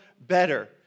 better